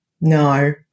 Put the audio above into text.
no